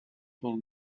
old